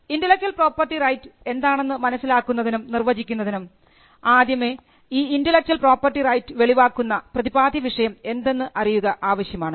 intellectual property right എന്താണെന്ന് മനസ്സിലാക്കുന്നതിനും നിർവചിക്കുന്നതിനും ആദ്യമേ ഈ ഇന്റെലക്ച്വൽ പ്രോപ്പർട്ടി റൈറ്റ് വെളിവാക്കുന്ന പ്രതിപാദ്യവിഷയം എന്തെന്ന് അറിയുക ആവശ്യമാണ്